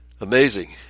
amazing